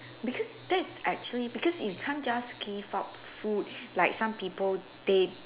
because that's actually because you can't just give out food like some people they